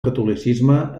catolicisme